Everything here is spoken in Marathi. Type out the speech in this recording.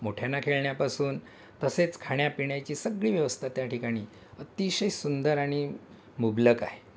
मोठ्यांना खेळण्यापासून तसेच खाण्यापिण्याची सगळी व्यवस्था त्या ठिकाणी अतिशय सुंदर आणि मुबलक आहे